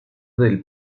del